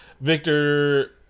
victor